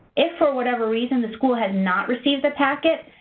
if for whatever reason the school has not received the packet,